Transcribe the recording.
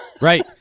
Right